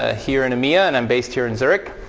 ah here in emea, and i'm based here in zurich.